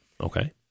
Okay